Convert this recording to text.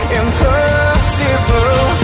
impossible